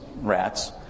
rats